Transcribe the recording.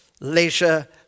leisure